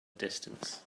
distance